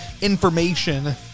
information